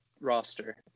roster